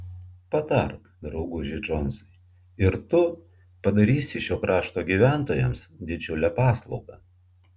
patark drauguži džonsai ir tu padarysi šio krašto gyventojams didžiulę paslaugą